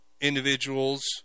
individuals